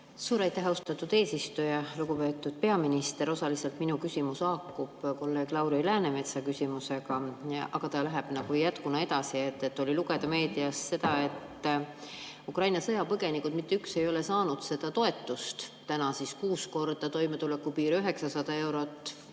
Suur aitäh, austatud eesistuja! Lugupeetud peaminister! Osaliselt minu küsimus haakub kolleeg Lauri Läänemetsa küsimusega, aga ta läheb nagu jätkuna edasi. Oli lugeda meediast seda, et Ukraina sõjapõgenikest mitte ükski ei ole saanud seda toetust, täna on see kuus korda toimetulekupiir ehk 900 eurot.